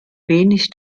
wenig